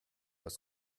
hast